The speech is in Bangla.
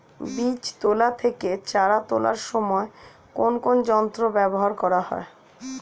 বীজ তোলা থেকে চারা তোলার সময় কোন যন্ত্র ব্যবহার করা হয়?